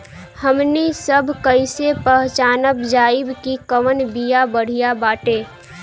हमनी सभ कईसे पहचानब जाइब की कवन बिया बढ़ियां बाटे?